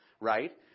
right